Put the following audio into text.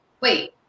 wait